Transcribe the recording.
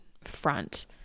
front